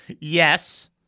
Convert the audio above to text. yes